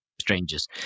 strangers